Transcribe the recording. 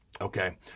okay